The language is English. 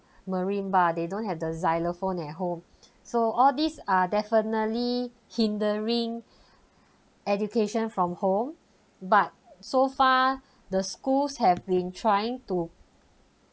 marine bar they don't have the xylophone at home so all these are definitely hindering education from home but so far the schools have been trying to